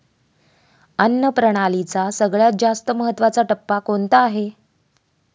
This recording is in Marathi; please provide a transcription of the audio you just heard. अन्न प्रणालीचा सगळ्यात जास्त महत्वाचा टप्पा कोणता आहे?